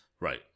right